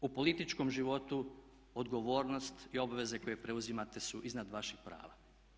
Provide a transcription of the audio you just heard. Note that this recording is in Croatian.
U političkom životu odgovornost i obveze koje preuzimate su iznad vaših prava.